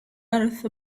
earth